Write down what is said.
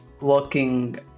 working